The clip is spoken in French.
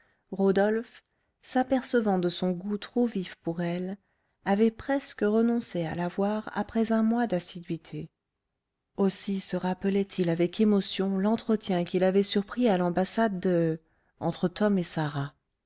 rodolphe s'apercevant de son goût trop vif pour elle avait presque renoncé à la voir après un mois d'assiduités aussi se rappelait-il avec émotion l'entretien qu'il avait surpris à l'ambassade de entre tom et sarah